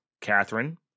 Catherine